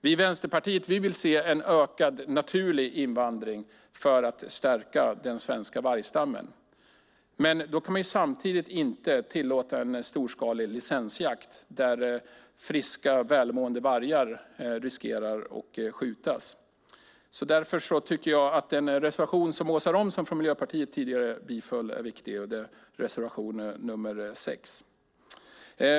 Vi i Vänsterpartiet vill se en ökad naturlig invandring för att stärka den svenska vargstammen, men då kan man inte samtidigt tillåta en storskalig licensjakt där friska och välmående vargar riskerar att skjutas. Därför tycker jag att den reservation som Åsa Romson från Miljöpartiet tidigare biföll är viktig, reservation nr 6.